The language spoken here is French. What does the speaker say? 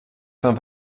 saint